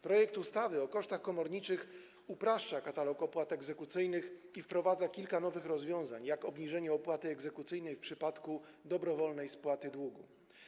Projekt ustawy o kosztach komorniczych upraszcza katalog opłat egzekucyjnych i wprowadza kilka nowych rozwiązań, takich jak obniżenie opłaty egzekucyjnej w wypadku dobrowolnej spłaty długu.